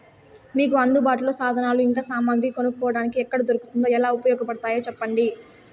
మీకు అందుబాటులో సాధనాలు ఇంకా సామగ్రి కొనుక్కోటానికి ఎక్కడ దొరుకుతుందో ఎలా ఉపయోగపడుతాయో సెప్పండి?